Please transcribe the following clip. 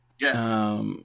Yes